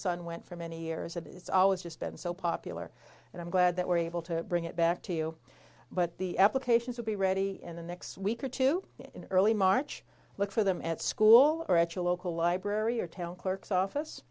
son went for many years and it's always just been so popular and i'm glad that we're able to bring it back to you but the applications will be ready in the next week or two in early march look for them at school or at your local library or town clerk's office